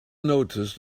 noticed